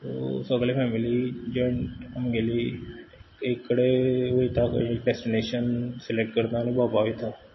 so सगळे family जोयन आमगेली एक कडेन वयता एक डेस्टिनेशन सिलेक्ट करता आनी भोंवपाक वयता